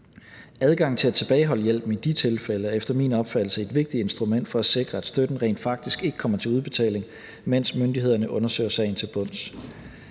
Adgangen til at tilbageholde hjælpen i de tilfælde er efter min opfattelse et vigtigt instrument for at sikre, at støtten rent faktisk ikke kommer til udbetaling, mens myndighederne undersøger sagen til bunds.